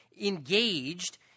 engaged